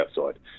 outside